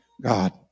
God